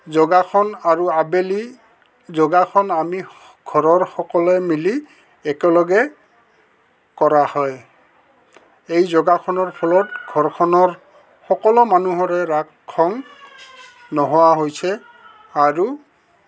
যোগাসন আৰু আবেলি যোগাসন আমি ঘৰৰ সকলে মিলি একেলগে কৰা হয় এই যোগাসনৰ ফলত ঘৰখনৰ সকলো মানুহৰে ৰাগ খং নোহোৱা হৈছে আৰু